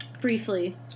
briefly